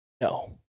No